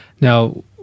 Now